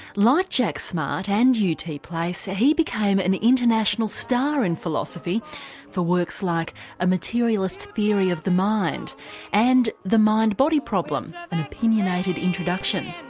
jack smart and u. t. place ah he became an international star in philosophy for works like a materialist theory of the mind and the mind-body problem an opinionated introduction.